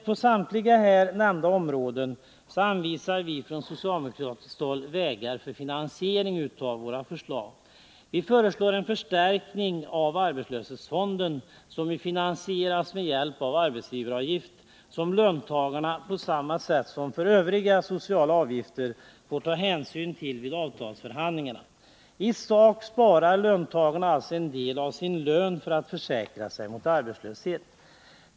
På samtliga här nämnda områden anvisar vi från socialdemokratiskt håll vägar för finansiering av våra förslag. Vi föreslår en förstärkning av arbetslöshetsfonden, som ju finansieras med hjälp av en arbetsgivaravgift, som löntagarna — på samma sätt som när det gäller övriga sociala avgifter — får ta hänsyn till vid avtalsförhandlingarna. I sak sparar löntagarna alltså en del av sin lön för att försäkra sig mot arbetslöshet.